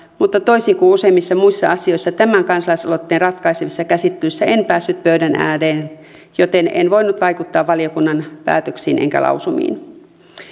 mutta toisin kuin useimmissa muissa asioissa tämän kansalaisaloitteen ratkaisevissa käsittelyissä en päässyt pöydän ääreen joten en voinut vaikuttaa valiokunnan päätöksiin enkä lausumiin